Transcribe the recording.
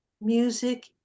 music